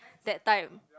that time